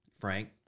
Frank